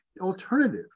alternative